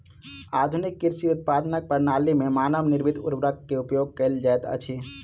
आधुनिक कृषि उत्पादनक प्रणाली में मानव निर्मित उर्वरक के उपयोग कयल जाइत अछि